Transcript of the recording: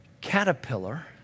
caterpillar